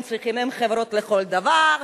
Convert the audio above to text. הם חברות לכל דבר,